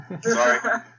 Sorry